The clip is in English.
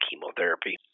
chemotherapy